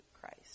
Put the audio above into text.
Christ